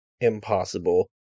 impossible